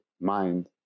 mind